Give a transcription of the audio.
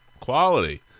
Quality